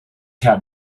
got